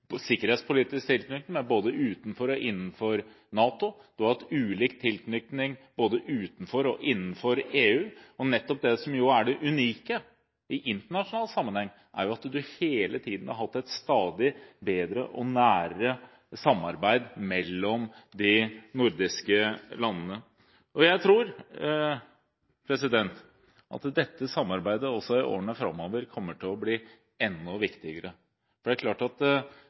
sikkerhetspolitisk tilknytning når det gjelder NATO, og ulik tilknytning til EU. Det som er det unike i internasjonal sammenheng, er at man har hatt et stadig bedre og nærmere samarbeid mellom de nordiske landene. Jeg tror at dette samarbeidet i årene framover kommer til å bli enda viktigere. Når vi ser på Norden i en internasjonal sammenheng, påpeker man, også fra denne sal, ofte at Norge er et lite land. Det er